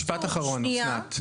משפט האחרון, אסנת.